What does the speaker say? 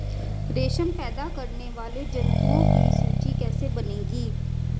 रेशम पैदा करने वाले जंतुओं की सूची कैसे बनेगी?